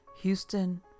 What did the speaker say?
Houston